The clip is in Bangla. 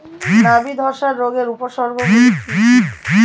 নাবি ধসা রোগের উপসর্গগুলি কি কি?